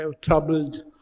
troubled